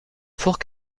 fort